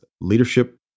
leadership